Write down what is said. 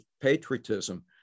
patriotism